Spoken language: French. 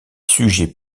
sujets